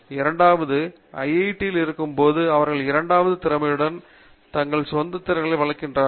இரண்டாவது ஐஐடி யில் இருக்கும் போது அவர்கள் இரண்டாவது திறமையுடன் தங்கள் சொந்த திறன்களைப் பெறுகிறார்கள்